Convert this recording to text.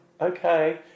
okay